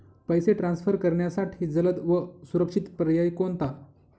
पैसे ट्रान्सफर करण्यासाठी जलद व सुरक्षित पर्याय कोणता?